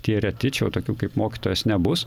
tie reti čia tokių kaip mokytojas nebus